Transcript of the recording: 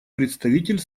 представитель